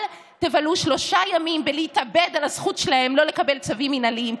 אל תבלו שלושה ימים בלהתאבד על הזכות שלהם לא לקבל צווים מינהליים,